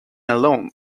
alone